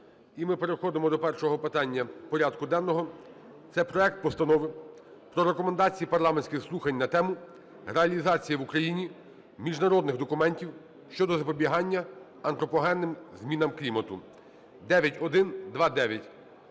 і ми переходимо до першого питання порядку денного. Це проект Постанови про Рекомендації парламентських слухань на тему: "Реалізація в Україні міжнародних документів щодо запобігання антропогенним змінам клімату" (9129).